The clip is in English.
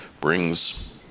brings